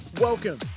Welcome